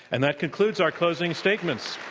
and that concludes our closing statements.